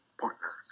partner